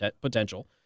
potential